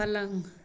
पलंग